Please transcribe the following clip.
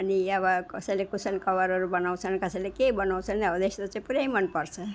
अनि यहाँबाट कसैले कुसन कभरहरू बनाउँछन् कसैले के बनाउँछन् हौ त्यस्तो चाहिँ पुरै मनपर्छ